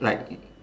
like